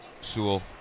Sewell